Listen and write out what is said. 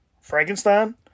Frankenstein